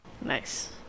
nice